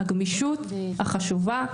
הגמישות החשובה,